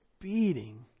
beating